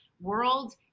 world